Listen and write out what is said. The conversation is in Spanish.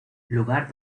lugar